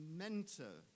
mentor